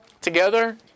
together